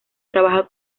trabaja